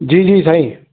जी जी साईं